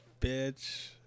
bitch